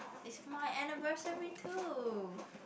is my anniversary too